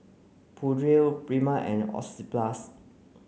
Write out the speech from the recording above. Pureen Prima and Oxyplus